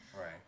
right